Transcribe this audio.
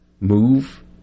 Move